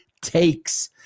takes